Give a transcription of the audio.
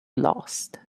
lost